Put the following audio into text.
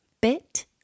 bit